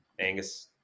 Angus